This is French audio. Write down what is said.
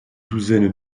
douzaine